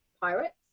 pirates